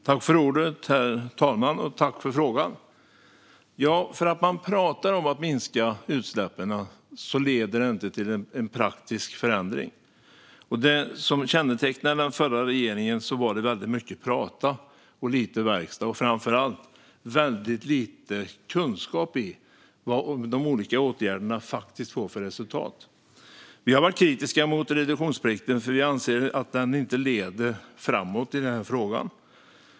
Herr talman! Jag tackar för frågan. Att prata om att minska utsläppen leder inte till en praktisk förändring. Det som kännetecknade den förra regeringen var att det var väldigt mycket prat och lite verkstad. Framför allt var det väldigt lite kunskap om vad de olika åtgärderna faktiskt får för resultat. Vi har varit kritiska mot reduktionsplikten, för vi anser inte att den leder framåt i den frågan.